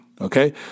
okay